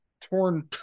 torn